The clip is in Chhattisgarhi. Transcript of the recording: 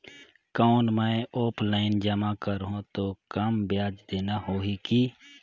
कौन मैं ऑफलाइन जमा करहूं तो कम ब्याज देना होही की?